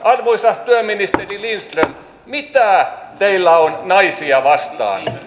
arvoisa työministeri lindström mitä teillä on naisia vastaan e